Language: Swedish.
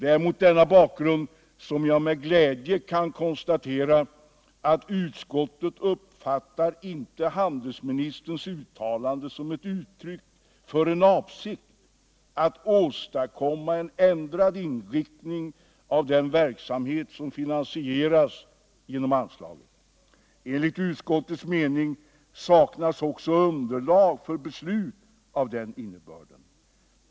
Det är mot denna bakgrund som jag med glädje kan konstatera att utskottet inte uppfattar handelsministerns uttalande som ett uttryck för en avsikt att åstadkomma en ändrad inriktning av den verksamhet som finansieras genom anslaget. Enligt utskottets mening saknas också underlag för beslut av den innebörden.